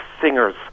singers